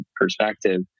perspective